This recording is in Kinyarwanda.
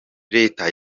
leta